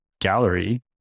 gallery